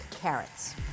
carrots